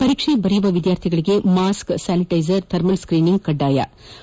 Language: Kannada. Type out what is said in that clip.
ಪರೀಕ್ಷೆ ಬರೆಯುವ ವಿದ್ಯಾರ್ಥಿಗಳಿಗೆ ಮಾಸ್ಕ್ ಸ್ಯಾನಿಟೈಸರ್ ಥರ್ಮಲ್ ಸ್ಕ್ರೀನಿಂಗ್ ಕಡ್ಡಾಯವಾಗಿದೆ